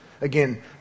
again